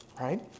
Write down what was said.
right